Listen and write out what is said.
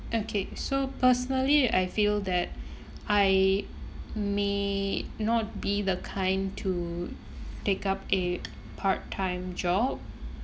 okay so personally I feel that I may not be the kind to take up a part time job